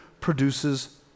produces